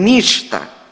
Ništa.